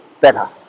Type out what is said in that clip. better